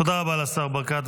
תודה רבה לשר ברקת.